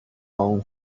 own